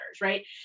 right